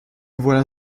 voilà